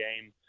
game